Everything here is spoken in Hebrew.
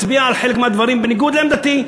מצביע על חלק מהדברים בניגוד לעמדתי,